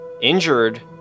Injured